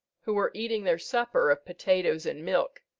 who were eating their supper of potatoes and milk,